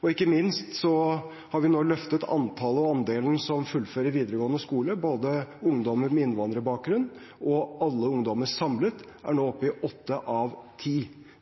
Og ikke minst har vi nå løftet antallet og andelen som fullfører videregående skole; ungdommer med innvandrerbakgrunn og alle ungdommer samlet er nå oppe i åtte av ti.